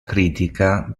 critica